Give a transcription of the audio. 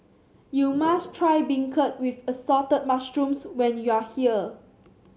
you must try beancurd with Assorted Mushrooms when you are here